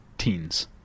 teens